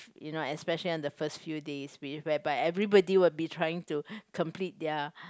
you know especially on the first few days which whereby everybody will be trying to complete their